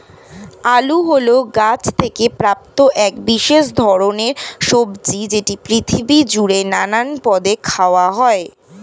আলু হল গাছ থেকে প্রাপ্ত এক বিশেষ ধরণের সবজি যেটি পৃথিবী জুড়ে নানান পদে খাওয়া হয়